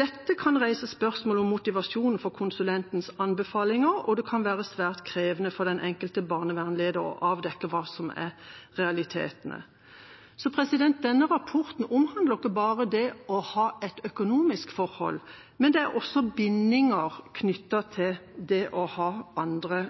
Dette kan reise spørsmål om motivasjonen for konsulentens anbefalinger, og det kan være svært krevende for den enkelte barnevernleder å avdekke hva som er realitetene». Denne rapporten omhandler ikke bare det å ha et økonomisk forhold, men også om bindinger knyttet til det å ha andre